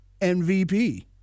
MVP